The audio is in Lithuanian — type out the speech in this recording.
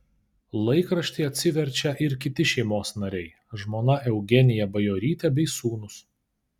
laikraštį atsiverčia ir kiti šeimos nariai žmona eugenija bajorytė bei sūnūs